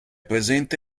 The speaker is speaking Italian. presente